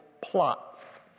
plots